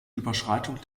überschreitung